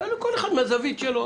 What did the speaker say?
כל אחד מהזווית שלו.